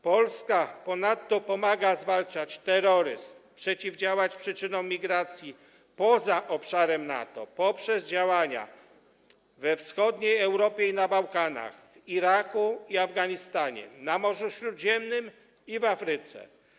Polska ponadto pomaga zwalczać terroryzm, przeciwdziałać przyczynom migracji poza obszarem NATO poprzez działania we wschodniej Europie i na Bałkanach, w Iraku i Afganistanie, na Morzu Śródziemnym i w Afryce.